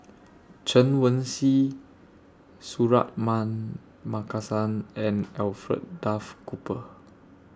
Chen Wen Hsi Suratman Markasan and Alfred Duff Cooper